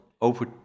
over